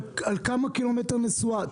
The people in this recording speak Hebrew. על כמה קילומטר נסועה?